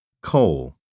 Coal